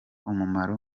umumaro